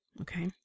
Okay